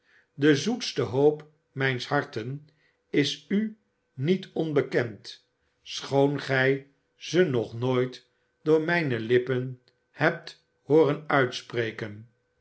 de zoetste hoop mijns harten is u niet onbekend schoon gij ze nog nooit door mijne lippen hebt hooren uitspreken